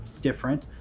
different